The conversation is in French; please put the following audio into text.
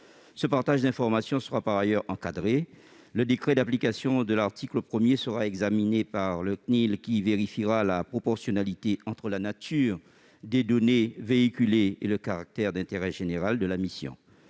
Ce partage d'informations sera par ailleurs encadré. Le décret d'application de l'article 1 sera examiné par la CNIL, qui vérifiera la proportionnalité entre la nature des données transmises et le caractère d'intérêt général de la mission.